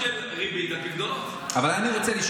זה מנגנון של ריבית על פיקדונות.